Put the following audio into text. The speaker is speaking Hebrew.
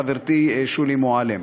חברתי שולי מועלם.